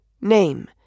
name